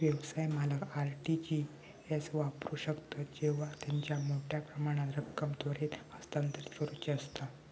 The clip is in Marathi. व्यवसाय मालक आर.टी.जी एस वापरू शकतत जेव्हा त्यांका मोठ्यो प्रमाणात रक्कम त्वरित हस्तांतरित करुची असता